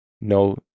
No